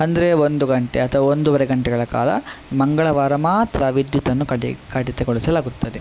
ಅಂದರೆ ಒಂದು ಗಂಟೆ ಅಥವಾ ಒಂದೂವರೆ ಗಂಟೆಗಳ ಕಾಲ ಮಂಗಳವಾರ ಮಾತ್ರ ವಿದ್ಯುತ್ತನ್ನು ಕಡಿ ಕಡಿತಗೊಳಿಸಲಾಗುತ್ತದೆ